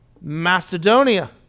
Macedonia